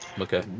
Okay